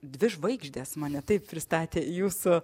dvi žvaigždės mane taip pristatė jūsų